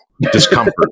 discomfort